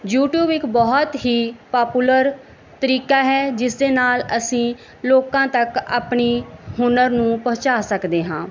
YouTube ਇੱਕ ਬਹੁਤ ਹੀ ਪਾਪੂਲਰ ਤਰੀਕਾ ਹੈ ਜਿਸ ਦੇ ਨਾਲ ਅਸੀਂ ਲੋਕਾਂ ਤੱਕ ਆਪਣੀ ਹੁਨਰ ਨੂੰ ਪਹੁੰਚਾ ਸਕਦੇ ਹਾਂ